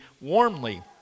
warmly